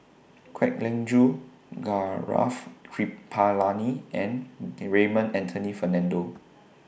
Kwek Leng Joo Gaurav Kripalani and The Raymond Anthony Fernando